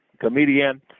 comedian